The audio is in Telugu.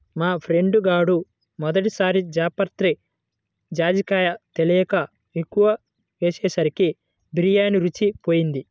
మా ఫ్రెండు గాడు మొదటి సారి జాపత్రి, జాజికాయ తెలియక ఎక్కువ ఏసేసరికి బిర్యానీ రుచే బోయింది